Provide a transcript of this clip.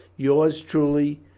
yours truly,